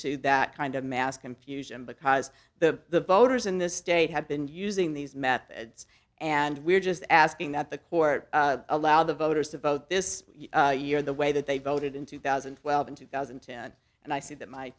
to that kind of mass confusion because the voters in this state have been using these methods and we're just asking that the court allow the voters to vote this year the way that they voted in two thousand and twelve and two thousand and ten and i see that my